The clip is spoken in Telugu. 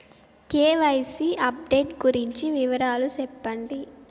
కె.వై.సి అప్డేట్ గురించి వివరాలు సెప్పండి?